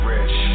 Rich